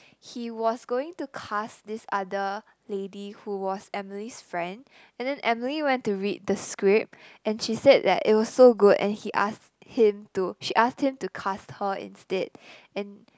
he was going to cast this other lady who was Emily's friend and then Emily went to read the script and she said that it was so good and he ask him to she ask him to cast her instead and